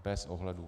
Bez ohledu.